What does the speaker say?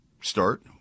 start